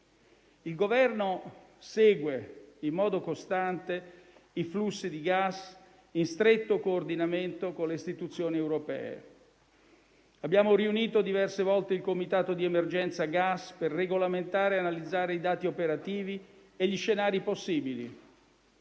Il Governo segue in modo costante i flussi di gas, in stretto coordinamento con le istituzioni europee. Abbiamo riunito diverse volte il Comitato di emergenza gas, per regolamentare e analizzare i dati operativi e gli scenari possibili.